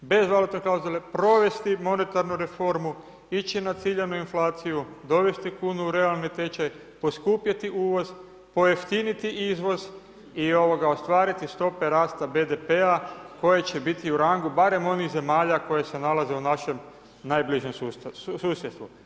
Bez valutne klauzule provesti monetarnu reformu, ići na ciljanu inflaciju, dovesti kunu u realni tečaj, poskupjeti uvoz, pojeftiniti izvoz i ostvariti stope rasta BDP-a koje će biti u rangu barem onih zemalja koje se nalaze u našem najbližem susjedstvu.